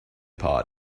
part